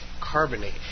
carbonate